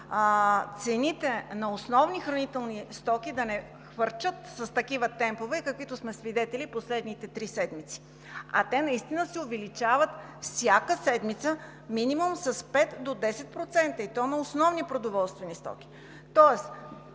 цените на основни хранителни стоки да не хвърчат с такива темпове, на каквито сме свидетели в последните три седмици. А те наистина се увеличават всяка седмица минимум с 5 до 10%, и то на основни продоволствени стоки. Тоест